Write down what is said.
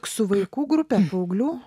su vaikų grupe paauglių